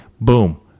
boom